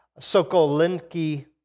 Sokolinki